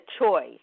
choice